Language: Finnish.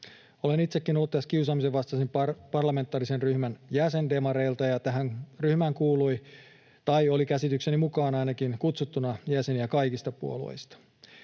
Olen itsekin ollut kiusaamisen vastaisen parlamentaarisen ryhmän jäsen demareilta, ja tähän ryhmään oli käsitykseni mukaan ainakin kutsuttuna jäseniä kaikista puolueista.